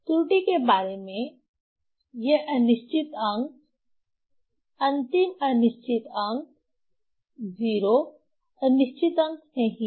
त्रुटि के बारे में ये अनिश्चित अंक अंतिम अनिश्चित अंक 0 अनिश्चित अंक नहीं है